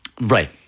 Right